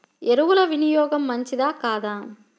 ఎరువుల వినియోగం మంచిదా కాదా?